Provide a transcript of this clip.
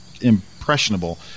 impressionable